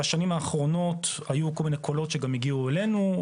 בשנים האחרונות היו כל מיני קולות שגם הגיעו אלינו,